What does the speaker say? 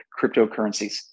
cryptocurrencies